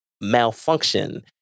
malfunction